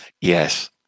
Yes